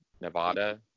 Nevada